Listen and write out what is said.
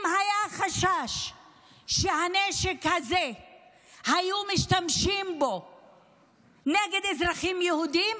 אם היה חשש שבנשק הזה היו משתמשים נגד אזרחים יהודים,